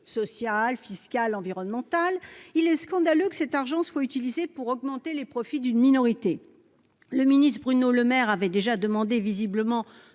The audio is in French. sociale, fiscale ou environnementale et il est scandaleux que cet argent soit utilisé pour augmenter les profits d'une minorité. Le ministre Bruno Le Maire avait demandé à ces